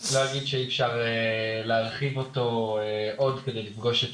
צריך להגיד שאפשר להרחיב אותו עוד כדי לפגוש את